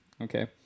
Okay